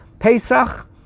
Pesach